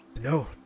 No